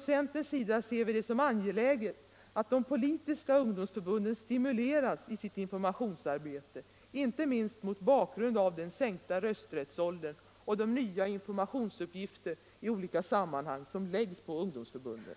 Centern ser det som angeläget att de politiska ungdomsförbunden stimuleras i sitt informationsarbete, inte minst mot bakgrund av den sänkta rösträttsåldern och de nya informationsuppgifter som i olika sammanhang läggs på ungdomsförbunden.